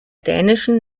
dänischen